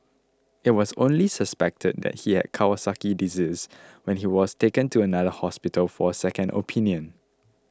it was only suspected that he had Kawasaki disease when he was taken to another hospital for a second opinion